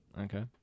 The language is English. Okay